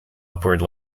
upward